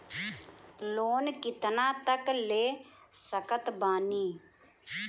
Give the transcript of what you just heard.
Loan कितना तक ले सकत बानी?